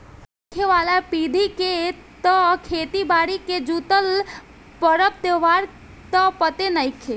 होखे वाला पीढ़ी के त खेती बारी से जुटल परब त्योहार त पते नएखे